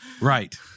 Right